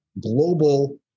global